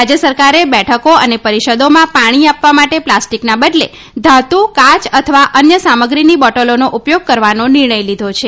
રાજ્ય સરકારે બેઠકો અને પરિષદોમાં પાણી આપવા માટે પ્લારેસ્ટકના બદલે ધાતુ કાય અથવા અન્ય સામગ્રીની બોટલોનો ઉપયોગ કરવાનો નિર્ણય લીધો છે